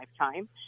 lifetime